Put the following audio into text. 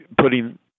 putting